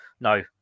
no